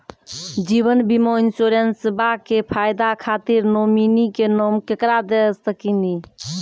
जीवन बीमा इंश्योरेंसबा के फायदा खातिर नोमिनी के नाम केकरा दे सकिनी?